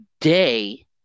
day